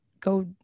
go